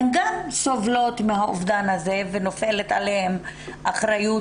הן גם סובלות מהאובדן הזה ונופלת עליהן אחריות